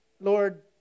Lord